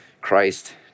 Christ